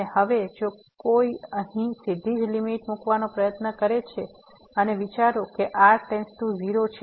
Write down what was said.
અને હવે જો કોઈ અહીં સીધીજ લીમીટ મુકવાનો પ્રયત્ન કરે છે અને વિચારો કે r → 0